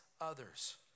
others